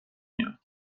میان